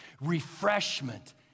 refreshment